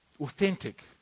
authentic